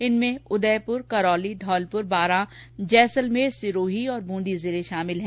इनमें उदयपुर करौली धौलपुर बारां जैसलमेर सिरोही बूंदी जिले शामिल है